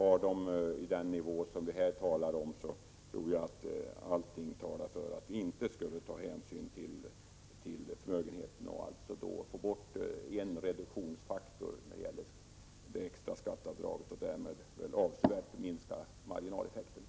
På den nivå som det här handlar om talar allt för att vi inte skall låta förmögenheten få medföra en reduktion av det extra avdraget. Därmed skulle vi avsevärt minska marginaleffekterna.